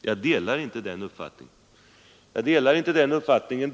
Jag delar inte den uppfattningen.